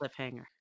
cliffhanger